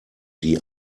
die